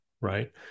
right